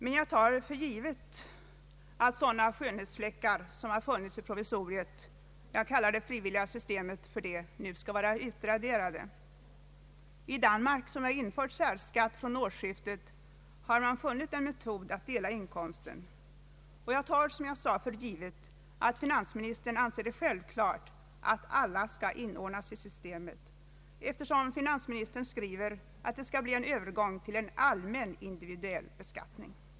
Men jag tar för givet att sådana skönhetsfläckar som har funnits i provisoriet — som jag kallar det frivilliga systemet för — nu skall vara utraderade. I Danmark, där man infört särskatt från årsskiftet, har man funnit en metod att dela inkomsten. Jag tar, som jag sade, för givet att finansministern anser det självklart att alla skall inordnas i systemet, eftersom finansministern skriver att det skall bli en övergång till en allmän individuell beskattning.